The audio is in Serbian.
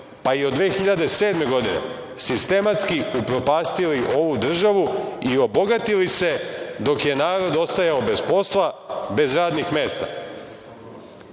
pa i od 2007. godine sistematski upropastili ovu državu i obogatili se dok je narod ostajao bez posla, bez radnih mesta. Uporno